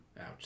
Ouch